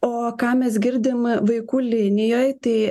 o ką mes girdim vaikų linijoj tai